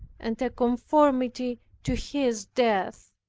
and a conformity to his death.